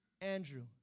Andrew